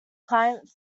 client